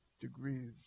degrees